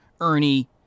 Ernie